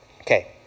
Okay